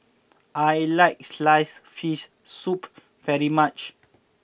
I like Sliced Fish Soup very much